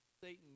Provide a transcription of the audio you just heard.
Satan